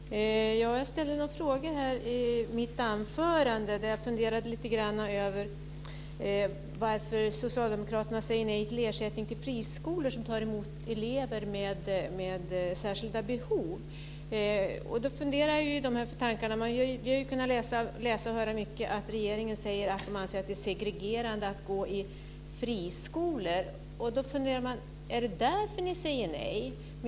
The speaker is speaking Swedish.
Herr talman! Jag ställde några frågor i mitt anförande. Jag funderade lite grann över varför socialdemokraterna säger nej till ersättning till friskolor som tar emot elever med särskilda behov. Vi har kunnat läsa och höra mycket att regeringen anser att det är segregerande att gå i friskolor. Är det därför ni säger nej?